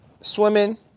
swimming